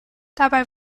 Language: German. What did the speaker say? dabei